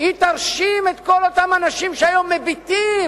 ירשימו את כל אותם אנשים שהיום מביטים,